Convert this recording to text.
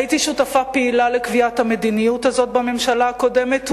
הייתי שותפה פעילה לקביעת המדיניות הזאת בממשלה הקודמת,